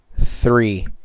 three